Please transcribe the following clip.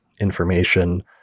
information